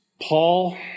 Paul